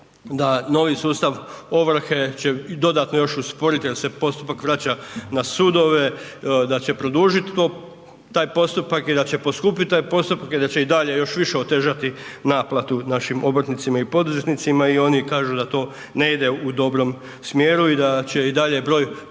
da novi sustav ovrhe će dodatno još usporiti da se postupak vraća na sudove, da će produžit taj postupak i da će poskupit taj postupke, da će i dalje još više otežati naplatu našim obrtnicima i poduzetnicima i oni kažu da to ne ide u dobrom smjeru i da će i dalje broj